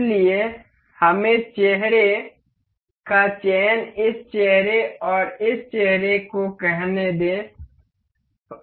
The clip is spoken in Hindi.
इसलिए हमें चेहरे का चयन इस चेहरे और इस चेहरे को कहना होगा